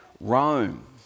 Rome